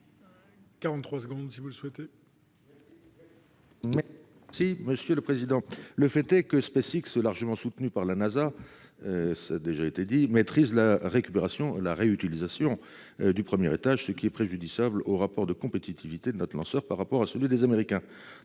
Le fait est que SpaceX, largement soutenu par la NASA, maîtrise la récupération et la réutilisation du premier étage, ce qui est préjudiciable à la compétitivité de notre lanceur par rapport à celui des Américains.